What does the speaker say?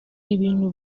ibintu